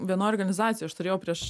vienoj organizacijoj aš turėjau prieš